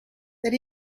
that